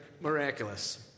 miraculous